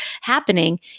happening